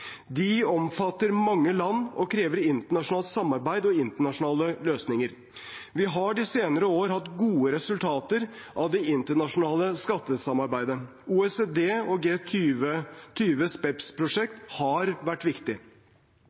De omfatter mange land og krever internasjonalt samarbeid og internasjonale løsninger. Vi har de senere år hatt gode resultater av det internasjonale skattesamarbeidet. OECD og G20s BEPS-prosjekt har vært viktig.